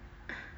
uh